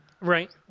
Right